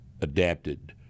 adapted